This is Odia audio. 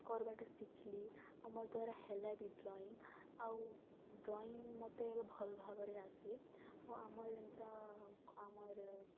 କରବାଟା ଶିଖଲି ଆଉ ମୋର୍ ଦ୍ବାରା ହେଲା ବି ଡ଼୍ରଇଂ ଆଉ ଡ଼୍ରଇଂ ମୋତେ ଏବେ ଭଲ୍ ଭାବରେ ଆସେ ଆଉ ଆମର୍ ଏନ୍ତା ଆମର୍